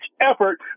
effort